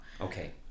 okay